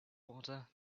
water